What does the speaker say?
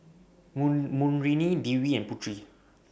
Moon Murni Dwi and Putri